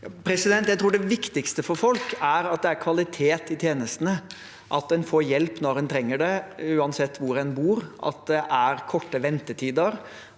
Jeg tror det viktigste for folk er at det er kvalitet i tjenestene, at en får hjelp når en trenger det, uansett hvor en bor, at det er korte ventetider,